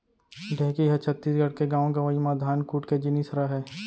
ढेंकी ह छत्तीसगढ़ के गॉंव गँवई म धान कूट के जिनिस रहय